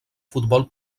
futbol